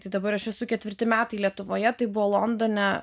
tai dabar aš esu ketvirti metai lietuvoje tai buvo londone